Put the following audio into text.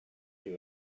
chi